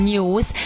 News